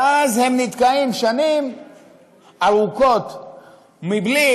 ואז הם נתקעים שנים ארוכות מבלי,